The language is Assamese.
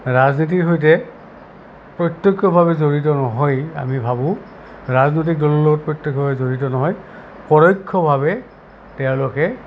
ৰাজনীতিৰ সৈতে প্ৰত্যক্ষভাৱে জড়িত নহয় আমি ভাবোঁ ৰাজনীতিক দলৰ সৈতে প্ৰত্যক্ষভাৱে জড়িত নহয় প্ৰৰোক্ষভাৱে তেওঁলোকে